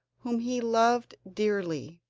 whom he loved dearly.